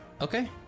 Okay